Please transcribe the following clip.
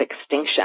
extinction